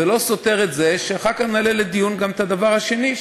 זה לא סותר את זה שאחר כך נעלה לדיון גם את הדבר השני,